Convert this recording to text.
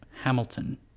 Hamilton